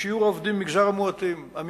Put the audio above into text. שיעור העובדים ממגזר המיעוטים